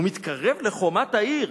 הוא מתקרב לחומת העיר.